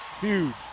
huge